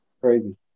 crazy